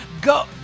Go